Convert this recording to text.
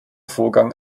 vorgang